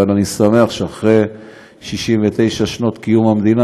אבל אני שמח שאחרי 69 שנות קיום המדינה,